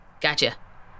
Gotcha